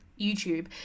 YouTube